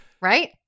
Right